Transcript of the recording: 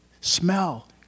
smell